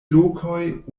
lokoj